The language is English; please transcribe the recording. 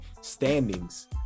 standings